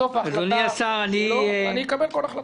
בסוף ההחלטה שלו, אני אקבל כל החלטה.